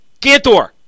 Gantor